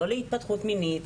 לא להתפתחות מינית,